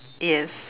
yes